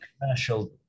commercial